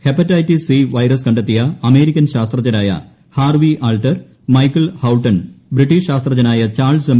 hepatitis C virus കണ്ടെത്തിയ American ശാസ്ത്രജ്ഞൻമാരായ Harvey Alter Michael Houghton British ശാസ്ത്രജ്ഞനായ ചാൾസ് എം